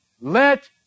Let